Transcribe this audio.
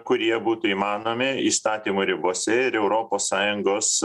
kurie būtų įmanomi įstatymų ribose ir europos sąjungos